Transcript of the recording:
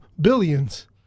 billions